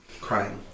Crying